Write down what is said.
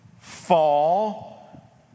fall